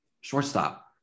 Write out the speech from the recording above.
Shortstop